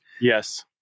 Yes